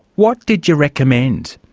what did you recommend?